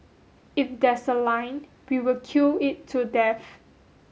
if there's a line we will queue it to death